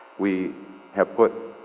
we have put,